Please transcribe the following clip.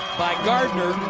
by gardner.